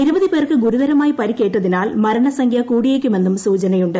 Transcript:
നിരവധി പേർക്ക് ഗുരുതരമായ പരിക്കേറ്റതിനാൽ മരണസംഖ്യ കൂടിയേക്കാമെന്നും സൂചനയുണ്ട്